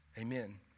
amen